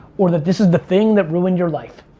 or that this is the thing that ruined your life.